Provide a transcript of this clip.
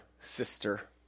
sister